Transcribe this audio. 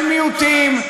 של מיעוטים,